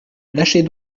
lâchez